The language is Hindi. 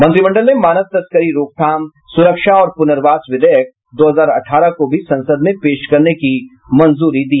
मंत्रिमंडल ने मानव तस्करी रोकथाम सुरक्षा और पुनर्वास विधेयक दो हजार अठारह को भी संसद में पेश करने की मंजूरी दी